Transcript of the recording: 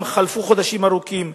אולם חלפו חודשים ארוכים,